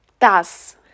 Das